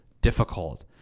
difficult